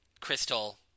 Crystal